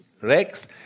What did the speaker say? Rex